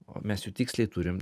o mes jų tiksliai turim